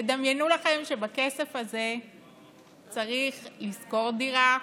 תדמיינו לכם שבכסף הזה צריך לשכור דירה,